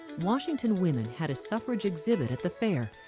washington women had a suffrage exhibit at the fair,